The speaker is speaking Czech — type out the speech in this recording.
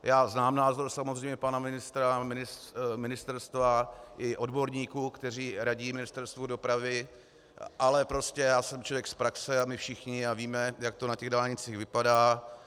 Já znám názor samozřejmě pana ministra, ministerstva i odborníků, kteří radí Ministerstvu dopravy, ale prostě já jsem člověk z praxe a my všichni a víme, jak to na těch dálnicích vypadá.